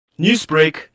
Newsbreak